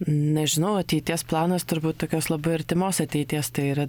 nežinau ateities planas turbūt tokios labai artimos ateities tai yra